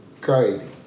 crazy